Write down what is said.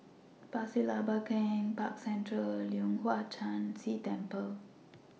Pasir Laba Camp Park Central and Leong Hwa Chan Si Temple